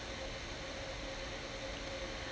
ah